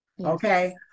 Okay